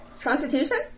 Constitution